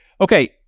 okay